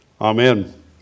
Amen